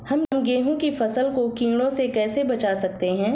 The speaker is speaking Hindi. हम गेहूँ की फसल को कीड़ों से कैसे बचा सकते हैं?